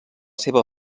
seva